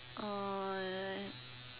uh